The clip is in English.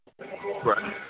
Right